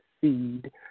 seed